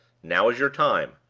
now is your time!